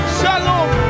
Shalom